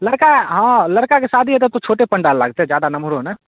लड़का हाँ लड़काके शादी हेतै तऽ छोटे पण्डाल लागतै जादा नम्हरो नहि